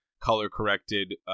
color-corrected